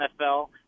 NFL